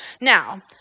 Now